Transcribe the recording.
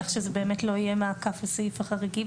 שזה באמת לא יהיה מעקף לסעיף החריגים.